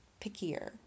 pickier